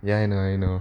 ya I know I know